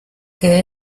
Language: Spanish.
que